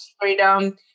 freedom